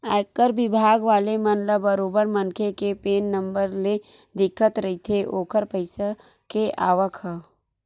आयकर बिभाग वाले मन ल बरोबर मनखे के पेन नंबर ले दिखत रहिथे ओखर पइसा के आवक ह